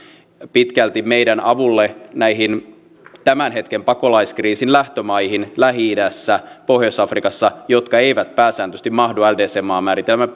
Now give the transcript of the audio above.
pitkälti meidän avulle näihin tämän hetken pakolaiskriisin lähtömaihin lähi idässä pohjois afrikassa jotka eivät pääsääntöisesti mahdu ldc maamääritelmän